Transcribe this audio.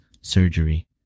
surgery